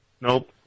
Nope